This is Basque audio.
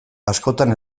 askotan